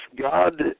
God